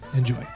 Enjoy